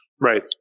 Right